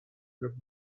gift